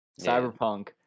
cyberpunk